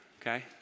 okay